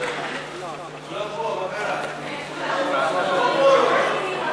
לוועדת העבודה, הרווחה והבריאות נתקבלה.